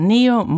Neo